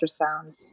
ultrasounds